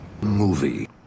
movie